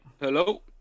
Hello